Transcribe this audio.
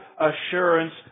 assurance